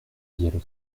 dialogue